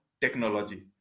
technology